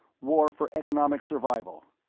war for economic survival.